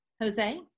Jose